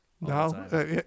No